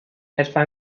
etwa